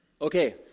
Okay